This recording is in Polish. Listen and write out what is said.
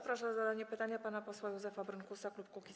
Proszę o zadanie pytania pana posła Józefa Brynkusa, klub Kukiz’15.